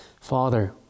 Father